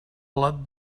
blat